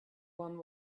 one